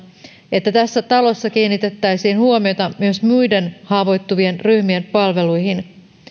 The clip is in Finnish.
että tässä talossa kiinnitettäisiin huomiota myös muiden haavoittuvien ryhmien palveluihin